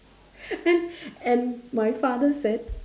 and and my father said